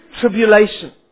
tribulation